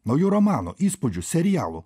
naujų romanų įspūdžių serialų